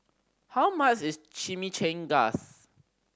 how much is Chimichangas